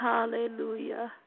Hallelujah